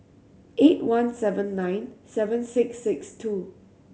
eight one seven nine seven six six two